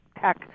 tech